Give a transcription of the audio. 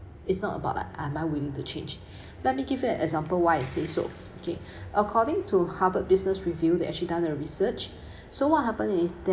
it's not about like am I willing to change let me give you an example why I say so okay according to harvard business review they actually done a research so what happened is there